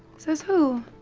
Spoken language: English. says who?